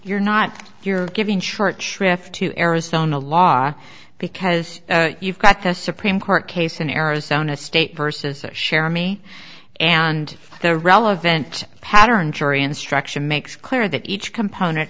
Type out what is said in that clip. you're not you're giving short shrift to arizona law because you've got a supreme court case in arizona state versus a share me and the relevant pattern jury instruction makes clear that each component